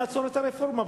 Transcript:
נעצור את הרפורמה,